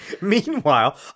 Meanwhile